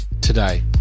today